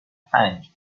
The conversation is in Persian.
پنج